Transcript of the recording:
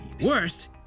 Worst